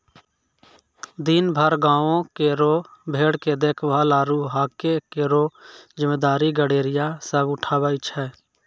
दिनभर गांवों केरो भेड़ के देखभाल आरु हांके केरो जिम्मेदारी गड़ेरिया सब उठावै छै